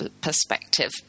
perspective